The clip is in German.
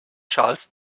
charles